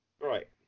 right